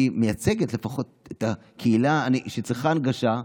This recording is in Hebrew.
שמייצגת לפחות את הקהילה שצריכה הנגשה,